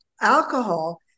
alcohol